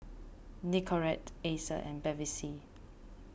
Nicorette Acer and Bevy C